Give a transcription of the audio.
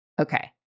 Okay